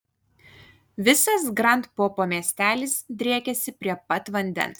visas grand popo miestelis driekiasi prie pat vandens